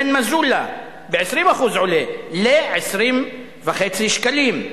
שמן מזולה, ב-20%, עולה ל-20.5 שקלים,